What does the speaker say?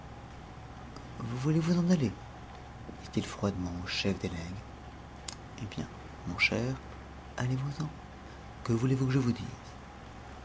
vous voulez vous en aller dit-il froidement au chef des legs eh bien mon cher allez-vous-en que voulez-vous que je vous dise